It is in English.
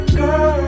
girl